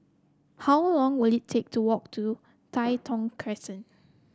how long will it take to walk to Tai Thong Crescent